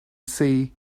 see